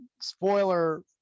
spoiler